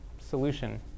solution